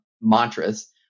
mantras